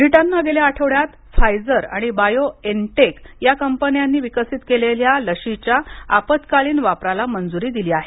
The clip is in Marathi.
ब्रिटननं गेल्या आठवड्यात फायझर आणि बायो एनटेक या कंपन्यांनी विकसीत केलेल्या लशीच्या आपत्कालीन वापराला मंजुरी दिली आहे